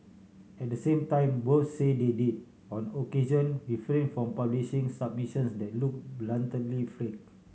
at the same time both say they did on occasion refrain from publishing submissions that look blatantly fake